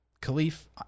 Khalif